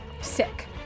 Sick